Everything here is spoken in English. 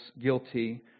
guilty